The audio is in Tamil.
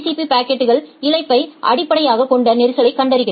பி பாக்கெட்கள் இழப்பை அடிப்படையாகக் கொண்ட நெரிசலைக் கண்டறிகிறது